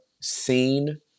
seen